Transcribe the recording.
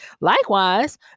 Likewise